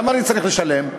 ולמה הם צריכים לשלם,